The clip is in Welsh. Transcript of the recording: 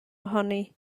ohoni